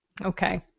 Okay